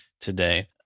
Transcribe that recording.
today